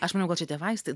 aš manau kad šitie vaistai